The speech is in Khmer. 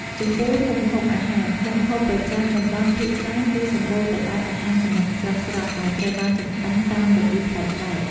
ចំពោះម្ហូបអាហារ មុខម្ហូបប្រចាំតំបន់ភាគច្រើនគឺសម្បូរទៅដោយអាហារសមុទ្រស្រស់ៗ ដែលត្រូវបានចម្អិនតាមរបៀបប្លែកៗ។